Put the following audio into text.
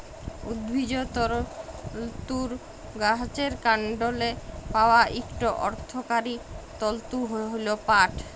উদ্ভিজ্জ তলতুর গাহাচের কাল্ডলে পাউয়া ইকট অথ্থকারি তলতু হ্যল পাট